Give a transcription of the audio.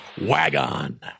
Wagon